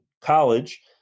college